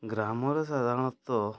ଗ୍ରାମରେ ସାଧାରଣତଃ